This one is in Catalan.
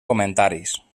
comentaris